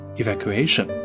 evacuation